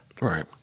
Right